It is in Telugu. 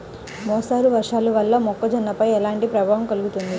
మోస్తరు వర్షాలు వల్ల మొక్కజొన్నపై ఎలాంటి ప్రభావం కలుగుతుంది?